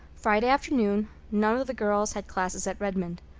friday afternoon none of the girls had classes at redmond.